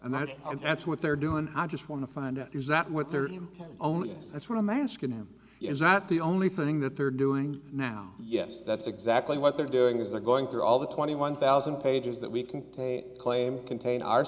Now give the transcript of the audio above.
and that that's what they're doing i just want to find is that what they're only and that's what i'm asking them is not the only thing that they're doing now yes that's exactly what they're doing is they're going through all the twenty one thousand pages that we can claim contain our